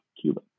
Cuba